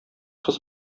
кыз